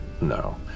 No